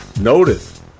Notice